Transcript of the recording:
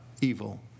evil